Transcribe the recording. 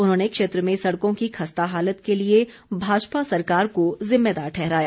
उन्होंने क्षेत्र में सड़कों की खस्ता हालत के लिए भाजपा सरकार को ज़िम्मेदार ठहराया